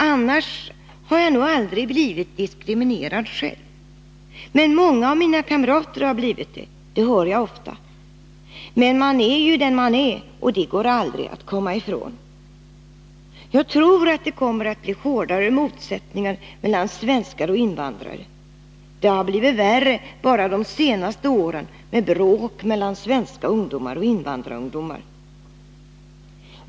Annars har jag nog aldrig blivit diskriminerad själv. Men många av mina kamrater har blivit det. Det hör jag ofta. Men man är ju den man är och det går aldrig att komma ifrån. — Jag tror att det kommer bli hårdare motsättningar mellan svenskar och invandrare. Det har blivit värre bara de senaste åren med bråk mellan svenska ungdomar och invandrarungdomar.